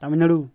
Tamil Nadu